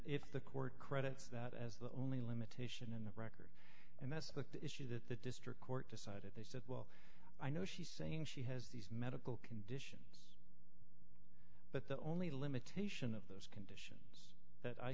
if the court credits that as the only limitation in the record and that's the district court decided they said well i know she's saying she has these medical condition but the only limitation of those concerns that i